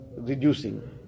reducing